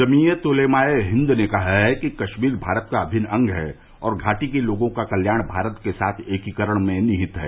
जमियत उलेमा ए हिन्द ने कहा है कि कश्मीर भारत का अभिन्न अंग है और घाटी के लोगों का कल्याण भारत के साथ एकीकरण में निहित है